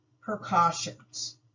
precautions